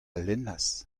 lennas